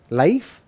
life